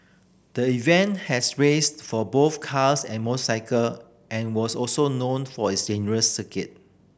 the event has raced for both cars and motorcycle and was also known for its dangerous circuit